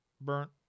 burnt